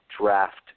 draft